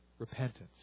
Repentance